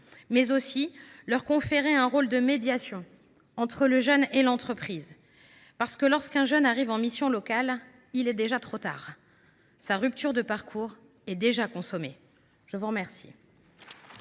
aussi leur conférer un rôle de médiation entre le jeune et l’entreprise. En effet, lorsqu’un jeune arrive en mission locale, il est déjà trop tard : sa rupture de parcours est consommée. La parole